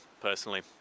personally